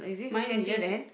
mine is just